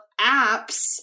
apps